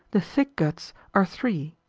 the thick guts are three,